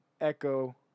echo